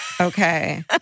Okay